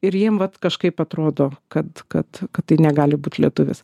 ir jiem vat kažkaip atrodo kad kad kad tai negali būt lietuvis